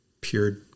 Pure